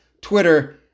Twitter